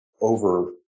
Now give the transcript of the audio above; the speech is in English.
over